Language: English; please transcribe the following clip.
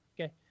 Okay